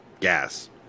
gas